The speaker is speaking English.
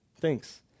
Thanks